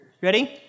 Ready